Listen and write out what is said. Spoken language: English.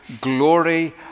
glory